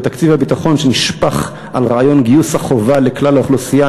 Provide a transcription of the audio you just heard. בתקציב הביטחון שנשפך על רעיון גיוס החובה לכלל האוכלוסייה.